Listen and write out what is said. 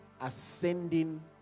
ascending